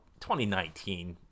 2019